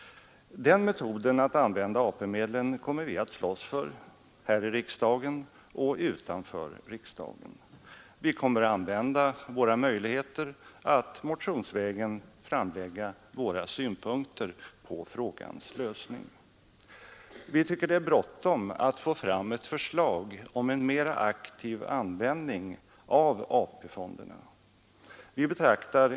Den metoden att använda AP-medlen kommer vi att slåss för här i riksdagen och utanför riksdagen. Vi kommer att använda våra möjligheter att motionsvägen framlägga våra synpunkter på frågans lösning. Vi tycker det är bråttom att få fram ett förslag om en mera aktiv användning av AP-fonderna.